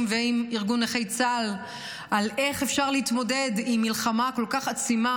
ועם ארגון נכי צה"ל איך אפשר להתמודד עם מלחמה כל כך עצימה,